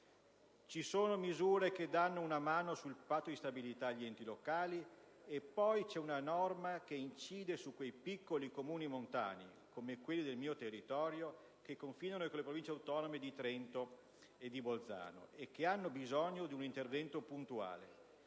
ci sono misure che danno una mano sul Patto di stabilità agli enti locali. E poi c'è una norma che incide su quei piccoli Comuni montani, come quelli del mio territorio, che confinano con le Province autonome di Trento e di Bolzano e che hanno bisogno di un intervento puntuale.